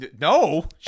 No